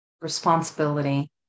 responsibility